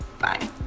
Bye